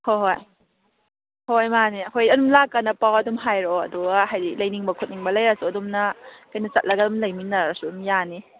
ꯍꯣꯏ ꯍꯣꯏ ꯍꯣꯏ ꯃꯥꯅꯤ ꯑꯩꯈꯣꯏ ꯑꯗꯨꯝ ꯂꯥꯛꯀꯥꯟꯗ ꯄꯥꯎ ꯑꯗꯨꯝ ꯍꯥꯏꯔꯛꯑꯣ ꯑꯗꯨꯒ ꯍꯥꯏꯗꯤ ꯂꯩꯅꯤꯡꯕ ꯈꯣꯠꯅꯤꯡꯕ ꯂꯩꯔꯁꯨ ꯑꯗꯨꯝꯅ ꯀꯩꯅꯣ ꯆꯠꯂꯒ ꯑꯗꯨꯝ ꯂꯩꯃꯤꯟꯅꯔꯁꯨ ꯑꯗꯨꯝ ꯌꯥꯅꯤ